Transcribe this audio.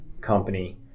company